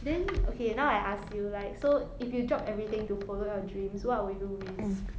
then okay now I ask you like so if you drop everything to follow your dreams what would you risk